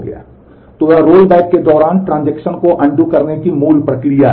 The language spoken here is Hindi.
तो यह रोलबैक के दौरान ट्रांजेक्शन को पूर्ववत करने की मूल प्रक्रिया है